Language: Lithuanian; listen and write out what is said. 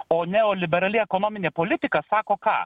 o neoliberali ekonominė politika sako ką